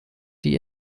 die